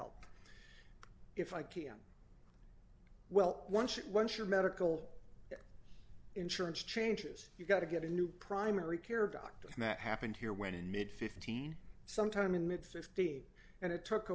help if i can well once it once your medical insurance changes you've got to get a new primary care doctor that happened here when in mid fifteen sometime in mid fifteen and it took